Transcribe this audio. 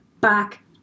back